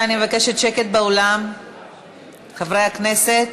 חבר הכנסת